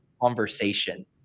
conversation